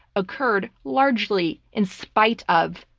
occurred largely in spite of,